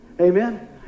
Amen